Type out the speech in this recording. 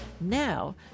Now